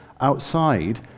outside